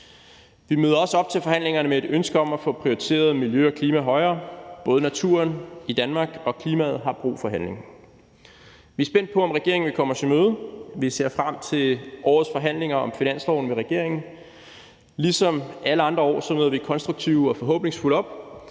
Vi møder også op til forhandlingerne med et ønske om at få prioriteret miljø og klima højere. Både naturen i Danmark og klimaet har brug for handling. Vi er spændt på, om regeringen vil komme os i møde. Vi ser frem til dette års forhandlinger om finansloven med regeringen. Ligesom alle andre år møder vi konstruktive og forhåbningsfulde op,